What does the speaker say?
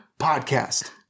Podcast